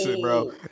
bro